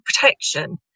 Protection